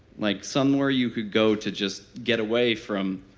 like somewhere you could go to just get away from